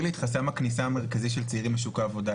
לי את חסם העבודה המרכזי של צעירים לשוק העבודה.